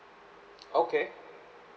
okay